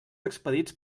expedits